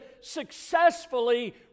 successfully